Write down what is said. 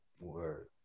Word